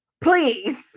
Please